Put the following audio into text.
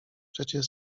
przecie